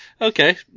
okay